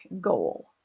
goal